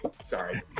Sorry